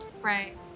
Right